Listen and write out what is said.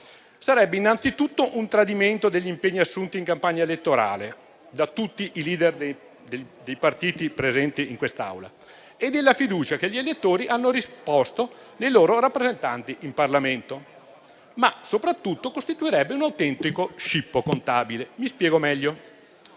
Sarebbe innanzitutto un tradimento degli impegni assunti in campagna elettorale da tutti i *leader* dei partiti presenti in quest'Aula e della fiducia che gli elettori hanno riposto nei loro rappresentanti in Parlamento; soprattutto, costituirebbe un autentico scippo contabile. Mi spiego meglio: